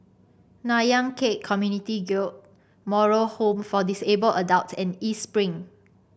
Nanyang Khek Community Guild Moral Home for Disabled Adults and East Spring